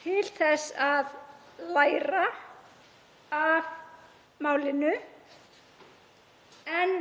til þess að læra af málinu en